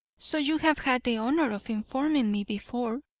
so you have had the honour of informing me before,